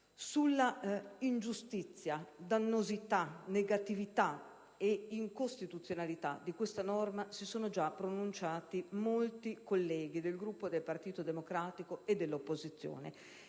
Sull'ingiustizia, dannosità, negatività ed incostituzionalità di questa norma si sono già pronunciati molti colleghi del Gruppo del Partito Democratico e dell'opposizione.